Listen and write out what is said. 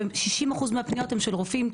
ו-60 אחוז מהפניות שלנו הן של רופאים,